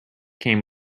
came